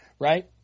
right